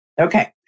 Okay